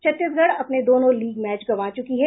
छत्तीसगढ़ अपने दोनों league match गंवा चुकी है